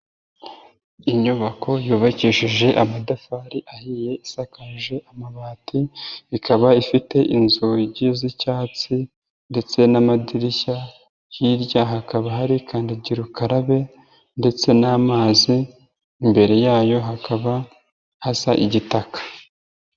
Inyubako yubakishije amatafari ahiye, isakaje amabati, ikaba ifite inzugi z'icyatsi ndetse n'amadirishya, hirya hakaba hari kandagira ukarabe ndetse n'amazi, imbere yayo hakaba hasa igitaka.